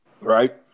Right